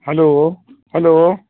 hello hello